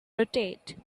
rotate